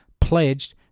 pledged